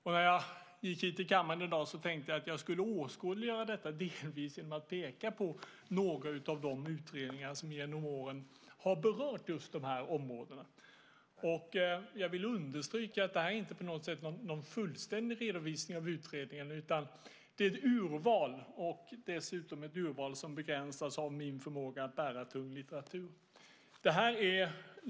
Innan jag gick in i kammaren i dag tänkte jag att jag delvis skulle åskådliggöra detta genom att peka på några av de utredningar som genom åren har berört just de här områdena. Jag vill understryka att detta inte på något sätt är någon fullständig redovisning av utredningarna utan ett urval, dessutom ett urval som begränsas av min förmåga att bära tung litteratur.